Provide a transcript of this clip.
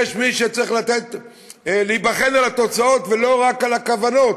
ויש מי שצריך להיבחן על התוצאות ולא רק על הכוונות.